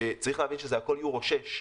בעניין הדיזל שצריך להבין שזה הכול יורו 6,